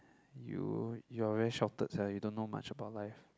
you you are very sheltered sia you don't know much about life